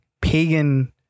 pagan